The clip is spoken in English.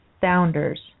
founders